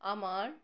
আমার